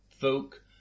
folk